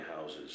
houses